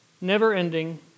never-ending